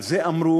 על זה אמרו,